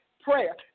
Prayer